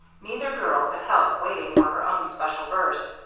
neither girl could help waiting for her own special verse.